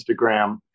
Instagram